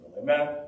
Amen